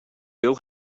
bill